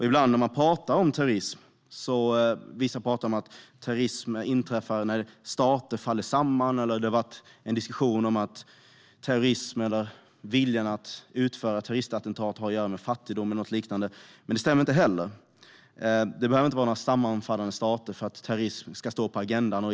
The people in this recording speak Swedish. Ibland när man pratar om terrorism anser vissa att det inträffar när stater faller samman eller att viljan att utföra terroristattentat har att göra med fattigdom eller något liknande. Men det stämmer inte heller. Det behöver inte vara några sammanfallande stater för att terrorism ska stå på agendan.